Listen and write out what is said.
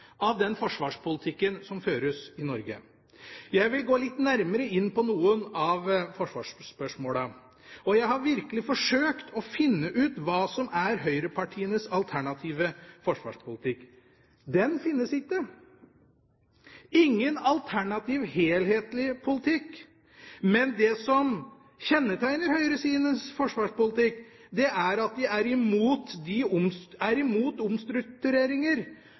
av den forsvarspolitikken som føres i Norge. Jeg vil gå litt nærmere inn på noen av forsvarsspørsmålene. Jeg har virkelig forsøkt å finne ut hva som er høyrepartienes alternative forsvarspolitikk. Den finnes ikke. Det finnes ingen alternativ helhetlig politikk. Men det som kjennetegner høyresidens forsvarspolitikk, er at de er imot